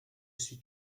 suis